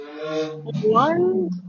One